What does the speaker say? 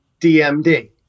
DMD